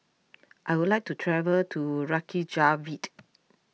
I would like to travel to Reykjavik